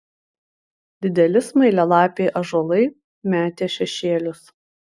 dideli smailialapiai ąžuolai metė šešėlius